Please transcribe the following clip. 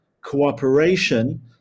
cooperation